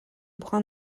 brun